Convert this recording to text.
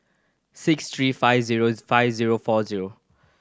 six three five zero five zero four zero